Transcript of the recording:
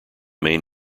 main